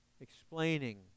explaining